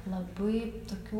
labai tokių